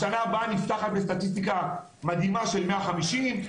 השנה הבאה נפתחת בסטטיסטיקה מדהימה של 150,